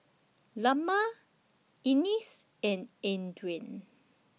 Lemma Ennis and Adrien